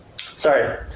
sorry